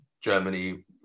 Germany